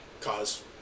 cause –